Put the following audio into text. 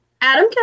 Adam